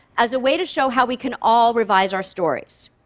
as a way to show how we can all revise our stories.